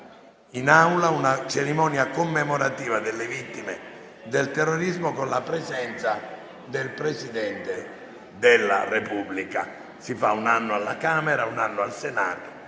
in Aula una cerimonia commemorativa delle vittime del terrorismo, con la presenza del Presidente della Repubblica. Tale cerimonia si svolge un anno alla Camera e un anno al Senato.